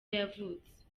yavutse